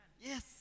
Yes